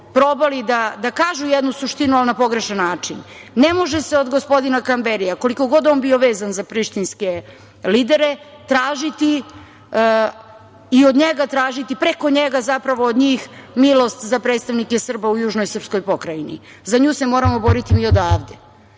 probali da kažu jednu suštinu, ali na pogrešan način. Ne može se od gospodina Kamberija, koliko god on bio vezan za prištinske lidere, i od njega, preko njega, zapravo od njih milost za predstavnike Srba u južnoj srpskoj pokrajini. Za nju se moramo boriti mi odavde.